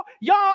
y'all